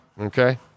okay